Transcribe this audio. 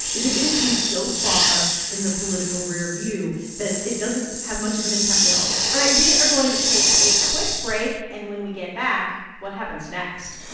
is it going to seem so far in the political rearview that it doesn't have much of an impact at all? all right. we are going to take a quick break. and when we get back. what happens next?